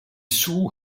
sue